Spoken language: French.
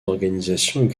organisations